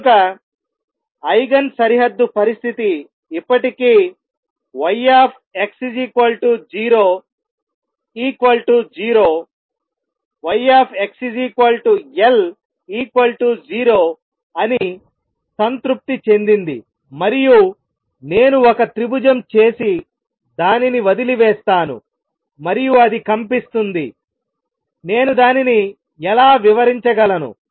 కనుక ఐగెన్ సరిహద్దు పరిస్థితి ఇప్పటికీ yx00yxL0 అని సంతృప్తి చెందింది మరియు నేను ఒక త్రిభుజం చేసి దానిని వదిలివేస్తాను మరియు అది కంపిస్తుంది నేను దానిని ఎలా వివరించగలను